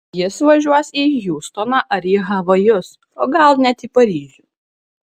jis važiuos į hjustoną ar į havajus o gal net į paryžių